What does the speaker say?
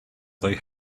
they